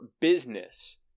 business